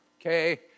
okay